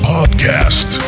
Podcast